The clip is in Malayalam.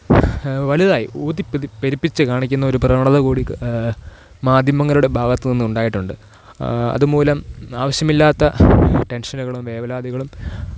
വലുതായി ഊതിപ്പെതി പെരുപ്പിച്ച് കാണിക്കുന്ന ഒരു പ്രവണത കൂടി മാധ്യമങ്ങളുടെ ഭാഗത്തുനിന്ന് ഉണ്ടായിട്ടുണ്ട് അതുമൂലം ആവശ്യമില്ലാത്ത ടെന്ഷന്കളും വേവലാതികളും